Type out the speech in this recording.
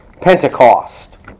Pentecost